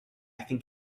think